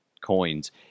coins